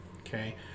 okay